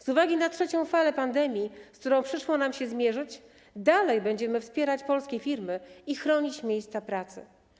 Z uwagi na trzecią falę pandemii, z którą przyszło nam się zmierzyć, dalej będziemy wspierać polskie firmy i chronić miejsca pracy.